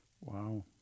Wow